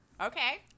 Okay